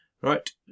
right